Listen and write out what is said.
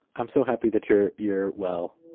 i'm so happy that you're you're well.